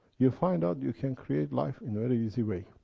you find out you can create life in a very easy way.